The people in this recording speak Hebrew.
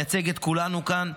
שמייצג את כולנו כאן,